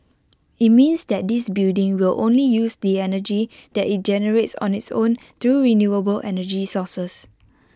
IT means that this building will only use the energy that IT generates on its own through renewable energy sources